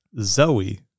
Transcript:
zoe